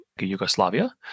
Yugoslavia